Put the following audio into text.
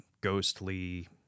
ghostly